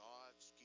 God's